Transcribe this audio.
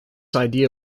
idea